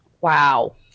Wow